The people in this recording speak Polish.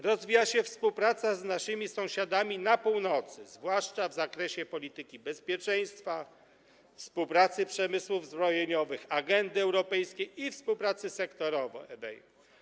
Rozwija się współpraca z naszymi sąsiadami na północy, zwłaszcza w zakresie polityki bezpieczeństwa, współpracy przemysłów zbrojeniowych, agendy europejskiej i współpracy sektorowej.